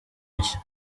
nshya